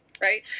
right